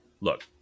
Look